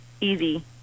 easy